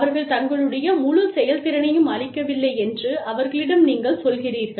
அவர்கள் தங்களுடைய முழு செயல்திறனையும் அளிக்கவில்லை என்று அவர்களிடம் நீங்கள் சொல்கிறீர்கள்